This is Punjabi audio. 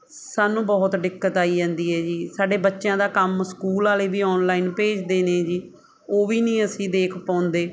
ਸਾਨੂੰ ਬਹੁਤ ਦਿੱਕਤ ਆਈ ਜਾਂਦੀ ਹੈ ਜੀ ਸਾਡੇ ਬੱਚਿਆਂ ਦਾ ਕੰਮ ਸਕੂਲ ਵਾਲੇ ਵੀ ਆਨਲਾਈਨ ਭੇਜਦੇ ਨੇ ਜੀ ਉਹ ਵੀ ਨਹੀਂ ਅਸੀਂ ਦੇਖ ਪਾਉਂਦੇ